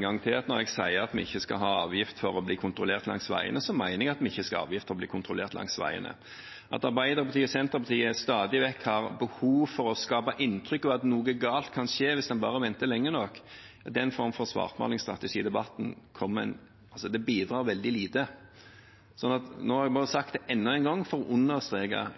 gang til at når jeg sier at vi ikke skal ha avgift for å bli kontrollert langs veiene, mener jeg at vi ikke skal ha avgift for å bli kontrollert langs veiene. Arbeiderpartiet og Senterpartiet har stadig vekk behov for å skape inntrykk av at noe galt kan skje hvis en bare venter lenge nok. Den formen for svartmalingsstrategi i debatten bidrar veldig lite. Nå har jeg bare sagt det enda en gang for å understreke